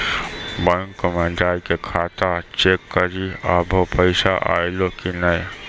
bank मे जाय के खाता चेक करी आभो पैसा अयलौं कि नै